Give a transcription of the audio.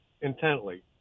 intently